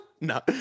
No